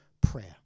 prayer